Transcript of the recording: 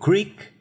creek